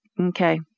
Okay